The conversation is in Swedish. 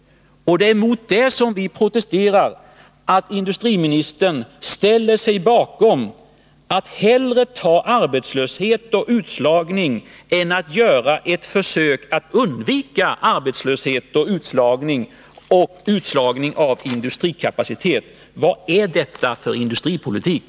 Och det är mot det som vi protesterar, att industriministern hellre tar arbetslöshet och utslagning än gör ett försök att undvika arbetslöshet, utslagning och förstöring av industrikapaciteten. Vad är detta för industripolitik?